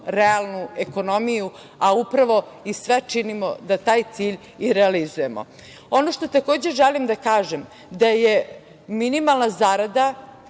realnu ekonomiju, a upravo i sve činimo da taj cilj i realizujemo. Ono što, takođe, želim da kažem da je minimalna zarada